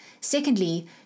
Secondly